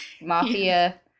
mafia